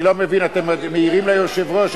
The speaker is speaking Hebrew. אני לא מבין, אתם מעירים ליושב-ראש?